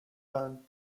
burnt